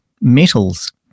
Metals